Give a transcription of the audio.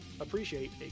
appreciate